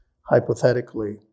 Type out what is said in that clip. hypothetically